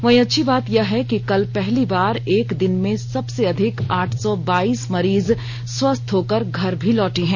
वहीं अच्छी बात यह है कि कल पहली बार एक दिन में सबसे अधिक आठ सौ बाईस मरीज स्वस्थ होकर घर भी लौटे हैं